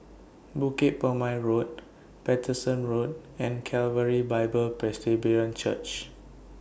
Bukit Purmei Road Paterson Road and Calvary Bible Presbyterian Church